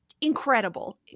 incredible